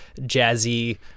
jazzy